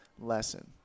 lesson